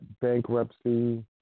bankruptcy